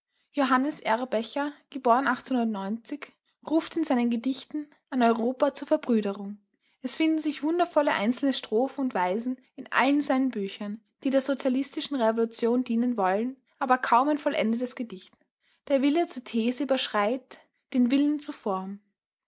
johannes erbe ruft in seinen gedichten an europa zur verbrüderung es finden sich wundervolle einzelne verse in seinen büchern die der sozialistischen revolution dienen wollen aber kaum ein vollendetes gedicht der wille zur these überschreit den willen zur form